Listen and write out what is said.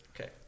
Okay